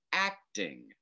Acting